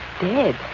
dead